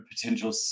potential